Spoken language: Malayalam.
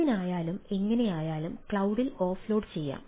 എന്തിനായാലും എങ്ങനെയായാലും ക്ലൌഡിൽ ഓഫ്ലോഡ് ചെയ്യാം